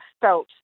felt